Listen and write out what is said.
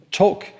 talk